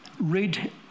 read